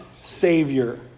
savior